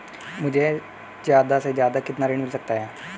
मुझे ज्यादा से ज्यादा कितना ऋण मिल सकता है?